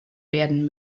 werden